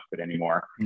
anymore